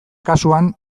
kasuan